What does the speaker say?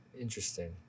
Interesting